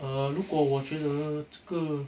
err 如果我觉得这个